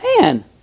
Man